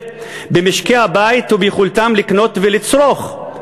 במשקי-הבית וביכולתם לקנות ולצרוך.